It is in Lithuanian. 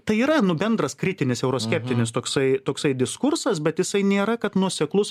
tai yra nu bendras kritinis euroskeptinis toksai toksai diskursas bet jisai nėra kad nuoseklus